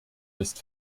ist